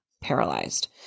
paralyzed